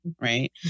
Right